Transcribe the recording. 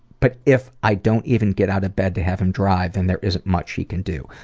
but if i don't even get out of bed to have him drive, and there isn't much he can do.